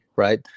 Right